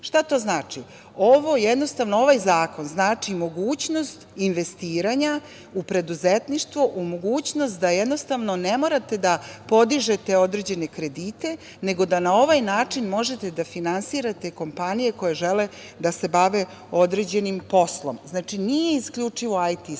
to znači? Ovaj zakon znači mogućnost investiranja u preduzetništvo, u mogućnost da jednostavno ne morate da podižete određeni kredite, nego da na ovaj način možete da finansirate kompanije koje žele da se bave određenim poslom. Znači, nije isključivo IT sektor,